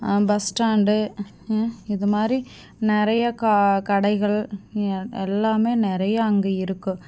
bus stand இதுமாதிரி நிறையா கா கடைகள் எல் எல்லாமே நிறையா அங்கே இருக்கும்